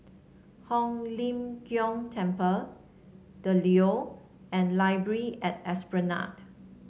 Hong Lim Jiong Temple The Leo and Library at Esplanade